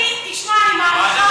מה?